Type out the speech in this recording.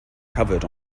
covered